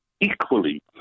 equally